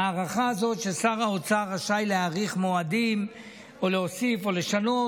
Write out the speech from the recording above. ההארכה הזו ששר האוצר רשאי להאריך מועדים או להוסיף או לשנות,